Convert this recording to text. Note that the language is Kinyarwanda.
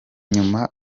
nyuma